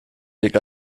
weg